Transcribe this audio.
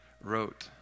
wrote